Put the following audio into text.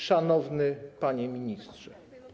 Szanowny Panie Ministrze!